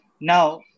now